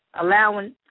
allowing